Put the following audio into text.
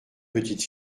petite